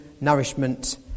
nourishment